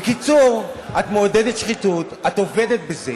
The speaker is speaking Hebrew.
בקיצור, את מעודדת שחיתות, את עובדת בזה,